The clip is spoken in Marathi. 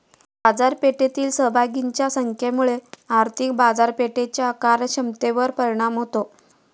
बाजारपेठेतील सहभागींच्या संख्येमुळे आर्थिक बाजारपेठेच्या कार्यक्षमतेवर परिणाम होतो